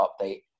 update